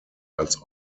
als